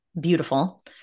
beautiful